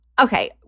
okay